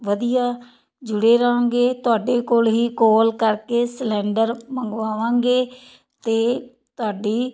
ਵਧੀਆ ਜੁੜੇ ਰਹਾਂਗੇ ਤੁਹਾਡੇ ਕੋਲ ਹੀ ਕਾਲ ਕਰਕੇ ਸਿਲਿੰਡਰ ਮੰਗਵਾਵਾਂਗੇ ਤੇ ਤੁਹਾਡੀ